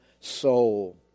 soul